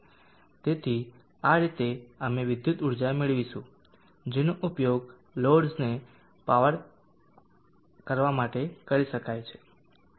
તેથી આ રીતે અમે વિદ્યુત ઊર્જા મેળવીશું જેનો ઉપયોગ લોડ્સને પાવર કરવા માટે કરી શકાય છે